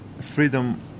Freedom